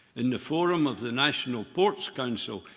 in the forum of the national ports council,